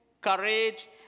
courage